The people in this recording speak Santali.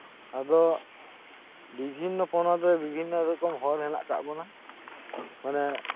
ᱟᱫᱚ ᱵᱤᱵᱷᱤᱱᱱᱚ ᱯᱚᱱᱚᱛ ᱨᱮ ᱵᱤᱵᱷᱤᱱᱱᱚ ᱨᱚᱠᱚᱢ ᱦᱚᱲ ᱦᱮᱱᱟᱜ ᱟᱠᱟᱫ ᱵᱚᱱᱟ ᱢᱟᱱᱮ